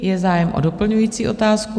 Je zájem o doplňující otázku.